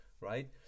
right